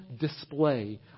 display